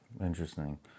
Interesting